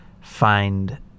find